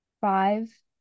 five